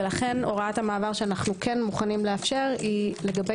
לכן הוראת המעבר שאנו כן מוכנים לאפשר היא לגבי